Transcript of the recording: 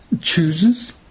chooses